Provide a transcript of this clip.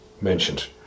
mentioned